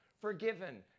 Forgiven